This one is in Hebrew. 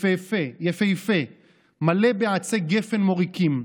יפהפה, מלא בעצי גפן מוריקים,